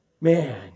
Man